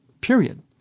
period